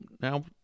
Now